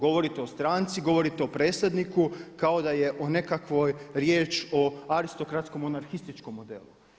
Govorite o stanci, govorite o predsjedniku kao da je o nekakvoj riječ o aristokratsko-monarhističkom modelu.